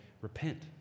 repent